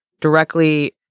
directly